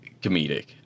comedic